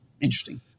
Interesting